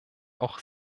auch